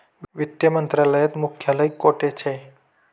वित्त मंत्रालयात मुख्यालय कोठे शे